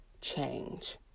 change